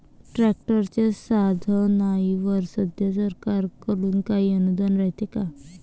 ट्रॅक्टरच्या साधनाईवर सध्या सरकार कडून काही अनुदान रायते का?